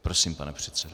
Prosím, pane předsedo.